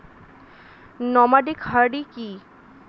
Nomadic hardy কি?